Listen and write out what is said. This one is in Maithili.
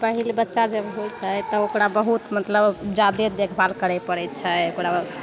पहिल बच्चा जब होइ छै तऽ ओकरा बहुत मतलब जादे देखभाल करै पड़ै छै ओकरा